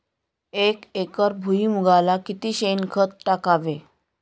एक एकर भुईमुगाला किती शेणखत टाकावे?